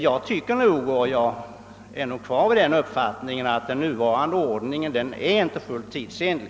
Jag vidhåller min uppfattning att den nuvarande ordningen inte är fullt tidsenlig.